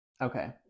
okay